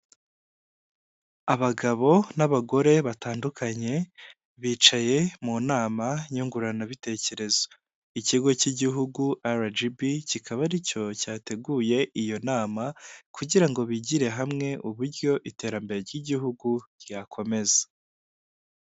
Abagabo n'abagore batandukanye, bicaye mu nama nyunguranabitekerezo, ikigo cy'igihugu RGB, kikaba ari cyo cyateguye iyo nama, kugira ngo bigire hamwe uburyo iterambere ry'igihugu ryakomeza.